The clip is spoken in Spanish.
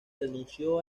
renunció